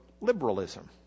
liberalism